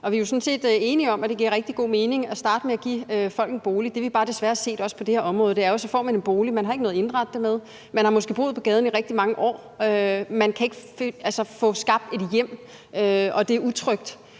set enige om, at det giver rigtig god mening at starte med at give folk en bolig. Det, som vi desværre også bare har set på det her område, er jo, at man, når man får en bolig, så ikke har noget at indrette den med. Man har måske boet på gaden i rigtig mange år, og man kan ikke få skabt et hjem, og det er utrygt.